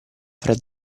fred